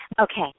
Okay